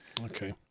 Okay